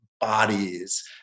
bodies